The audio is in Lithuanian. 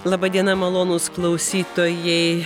laba diena malonūs klausytojai